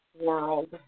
World